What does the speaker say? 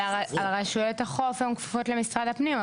רשויות החוף כפופות למשרד הפנים,